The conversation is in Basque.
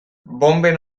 bonben